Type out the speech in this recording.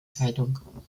zeitung